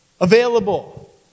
available